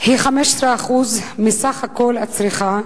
היא 15% מסך כל הצריכה,